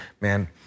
man